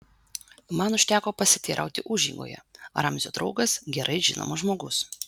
man užteko pasiteirauti užeigoje ramzio draugas gerai žinomas žmogus